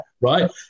right